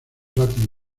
latin